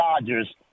Dodgers